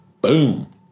Boom